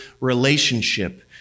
relationship